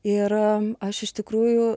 ir aš iš tikrųjų